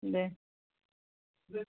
দে